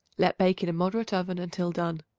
let bake in a moderate oven until done.